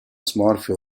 smorfia